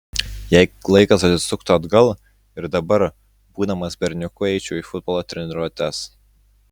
jei laikas atsisuktų atgal ir dabar būdamas berniuku eičiau į futbolo treniruotes